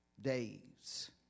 days